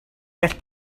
gall